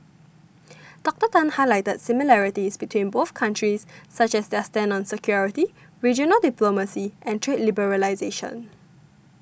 Doctor Tan highlighted similarities between both countries such as their stand on security regional diplomacy and trade liberalisation